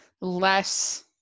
less